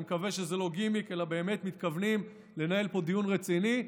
אני מקווה שזה לא גימיק אלא באמת מתכוונים לנהל פה דיון רציני,